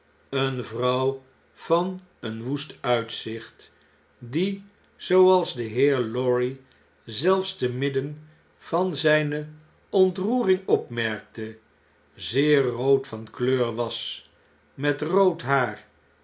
eene vrouw van een woest uitzicht die zooals de heer lorry zelfs te midden van zijne ontroering opmerkte zeer rood van kleur was met rood haar